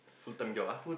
full time job ah